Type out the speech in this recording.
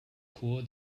chor